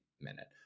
minute